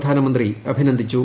പ്രധാനമന്ത്രി അഭിനന്ദിച്ചു